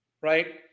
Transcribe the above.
right